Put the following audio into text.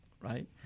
Right